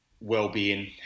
well-being